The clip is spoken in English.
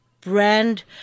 brand